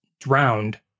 drowned